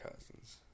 Cousins